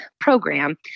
program